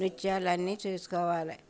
నృత్యాలు అన్నీ చూసుకోవాలి